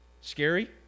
Scary